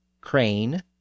crane